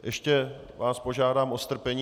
Ještě vás požádám o strpení.